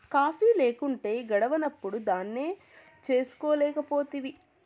coffee లేకుంటే గడవనప్పుడు దాన్నే చేసుకోలేకపోతివి